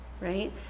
right